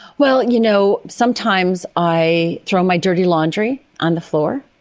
well, you know, sometimes i throw my dirty laundry on the floor,